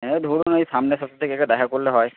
হ্যাঁ ধরুন ওই সামনের সপ্তাহে একবার দেখা করলে হয়